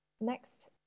Next